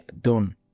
done